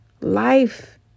Life